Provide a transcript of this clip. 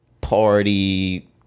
party